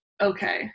Okay